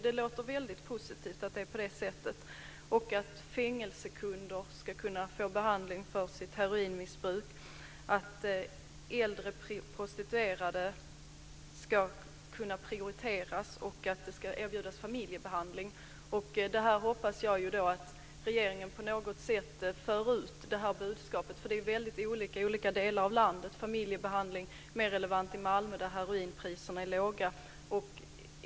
Det låter positivt att fängelsekunder ska få behandling för sitt heroinmissbruk, att äldre prostituerade ska kunna prioriteras och att familjebehandling ska erbjudas. Jag hoppas att regeringen ska föra ut budskapet. Det är olika i olika delar av landet. Familjebehandling är mer relevant i Malmö där heroinpriserna är låga.